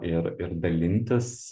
ir ir dalintis